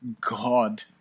god